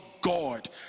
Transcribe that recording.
God